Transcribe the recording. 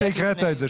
טוב שהקראת את זה.